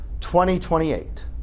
2028